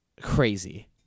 crazy